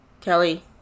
Kelly